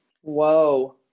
Whoa